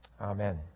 Amen